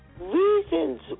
reasons